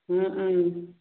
ம் ம்